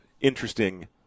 interesting